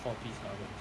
four piece nugget